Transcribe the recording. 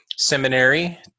Seminary